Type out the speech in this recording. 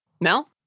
Mel